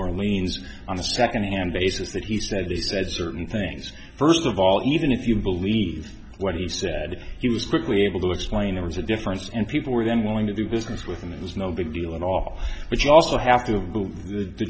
orleans on a second hand basis that he said he said certain things first of all even if you believe what he said he was quickly able to explain there was a difference and people were then willing to do business with them it was no big deal at all but you also have to